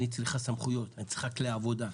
אני צריכה סמכויות, אני צריכה כלי עבודה.